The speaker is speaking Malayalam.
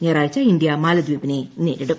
ഞായറാഴ്ച ഇന്ത്യ മാലദ്വീപിനെ നേരിടും